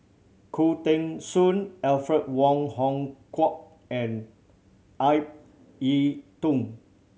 Khoo Teng Soon Alfred Wong Hong Kwok and Ip Yiu Tung